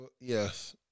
yes